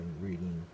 reading